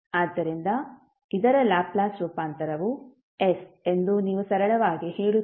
ಆದ್ದರಿಂದ ಇದರ ಲ್ಯಾಪ್ಲೇಸ್ ರೂಪಾಂತರವು s ಎಂದು ನೀವು ಸರಳವಾಗಿ ಹೇಳುತ್ತೀರಿ